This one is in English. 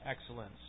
excellence